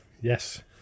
yes